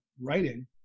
writing